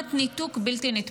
רמת ניתוק בלתי נתפסת.